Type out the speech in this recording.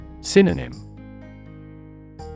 Synonym